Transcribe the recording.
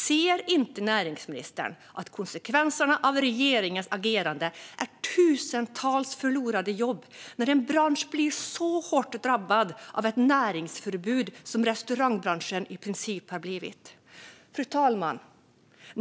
Ser inte näringsministern att konsekvenserna av regeringens agerande är tusentals förlorade jobb när en bransch blir så hårt drabbad av ett näringsförbud som restaurangbranschen i princip har blivit? Fru talman!